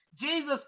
Jesus